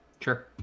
Sure